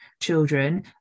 children